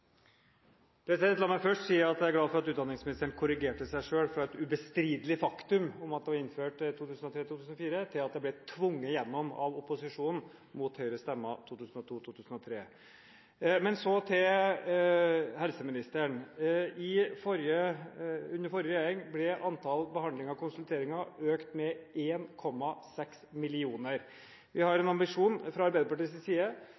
glad for at utdanningsministeren korrigerte seg selv fra et ubestridelig faktum om at det ble innført i 2003–2004, til at det ble tvunget igjennom av opposisjonen, mot Høyres stemmer, i 2002–2003. Så til helseministeren. Under den forrige regjering ble antallet behandlinger og konsultasjoner økt med 1,6 millioner. Vi har fra Arbeiderpartiets side